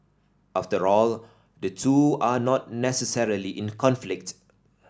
after all the two are not necessarily in conflict